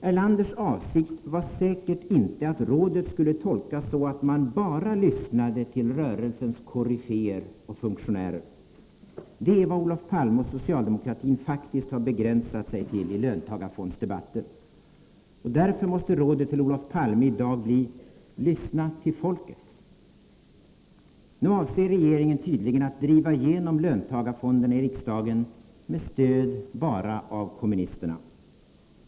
Erlanders avsikt var säkert inte att rådet skulle tolkas så att man bara lyssnar till rörelsens koryféer och funktionärer. Det är vad Olof Palme och socialdemokratin faktiskt har begränsat sig till i löntagarfondsdebatten. Och därför måste rådet till Olof Palme i dag bli: Lyssna till folket! Regeringen avser nu tydligen att driva igenom löntagarfonderna i riksdagen med stöd av bara kommunisterna.